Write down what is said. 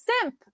simp